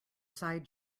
side